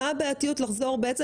מה הבעייתיות לחזור לפי התור של הפונה,